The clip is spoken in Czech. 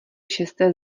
šesté